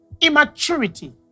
immaturity